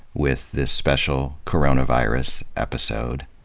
with this special coronavirus episode.